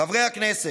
חברי הכנסת,